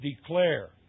Declare